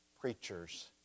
preachers